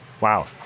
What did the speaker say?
Wow